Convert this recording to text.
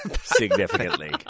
significantly